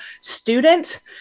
student